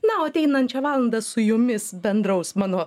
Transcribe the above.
na o ateinančią valandą su jumis bendraus mano